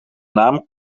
naam